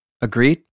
Agreed